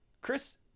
Chris